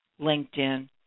LinkedIn